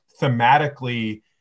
thematically